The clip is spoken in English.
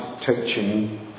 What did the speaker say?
teaching